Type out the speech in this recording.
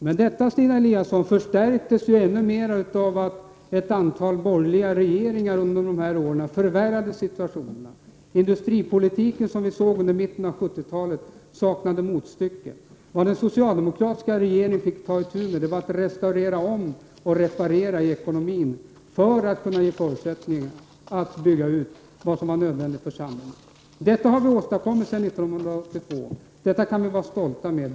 Men detta förstärktes ju ändå mera av att ett antal borgerliga regeringar under de här åren förvärrade situationen. Den industripolitik som vi såg under mitten av 70-talet saknade motstycke. Vad den socialdemokratiska fick ta itu med var att restaurera och reparera ekonomin för att ge förutsättningar för att bygga ut vad som var nödvändigt för samhället. Detta har vi åstadkommit sedan 1982, och det kan vi vara stolta över.